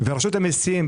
ורשות המיסים,